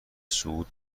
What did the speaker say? صعود